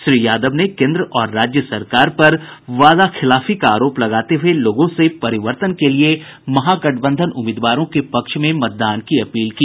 श्री यादव ने केन्द्र और राज्य सरकार पर वादा खिलाफी का आरोप लगाते हुए लोगों से परिवर्तन के लिए महागठबंधन उम्मीदवार के पक्ष में मतदान की अपील की